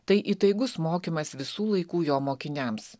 tai įtaigus mokymas visų laikų jo mokiniams